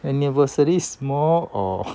anniversary small or